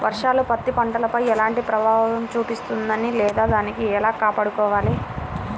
వర్షాలు పత్తి పంటపై ఎలాంటి ప్రభావం చూపిస్తుంద లేదా దానిని ఎలా కాపాడుకోవాలి?